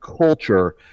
culture